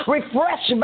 Refresh